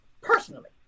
personally